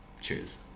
Cheers